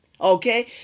Okay